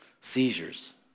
Seizures